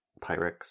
pyrex